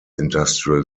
industrial